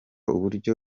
uburyo